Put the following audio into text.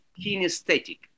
kinesthetic